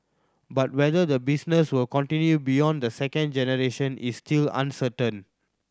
but whether the business will continue beyond the second generation is still uncertain